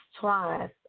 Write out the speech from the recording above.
twice